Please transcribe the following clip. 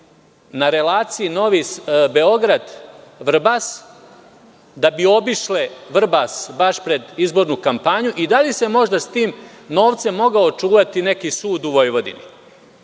na relaciji Beograd – Vrbas, da bi obišle Vrbas baš pred izbornu kampanju i da li se možda sa tim novcem mogao čuvati neki sud u Vojvodini? Usput,